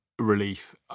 relief